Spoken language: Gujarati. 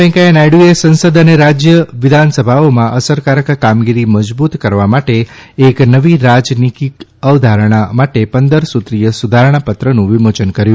વેંકૈયા નાયડુએ સંસદ અને રાજ્ય વિધાનસભાઓમાં અસરકારક કામગીરી મજબૂત કરવા માટે એક નવી રાજનીતિક અવધારણા માટે પંદર સૂત્રીય સુધારણા પત્રનું વિમોચન કર્યું